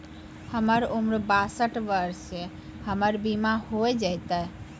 हमर उम्र बासठ वर्ष या हमर बीमा हो जाता यो?